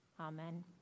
amen